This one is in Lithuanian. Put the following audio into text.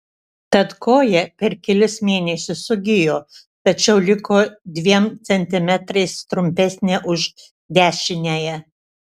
tad koja per kelis mėnesius sugijo tačiau liko dviem centimetrais trumpesnė už dešiniąją